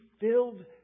filled